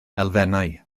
elfennau